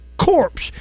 corpse